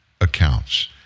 accounts